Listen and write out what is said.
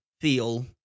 feel